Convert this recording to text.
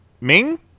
Ming